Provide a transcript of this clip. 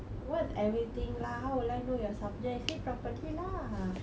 what's everything lah how will I know your subjects say properly lah